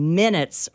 minutes